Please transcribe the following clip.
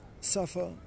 suffer